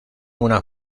una